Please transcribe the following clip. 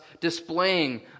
displaying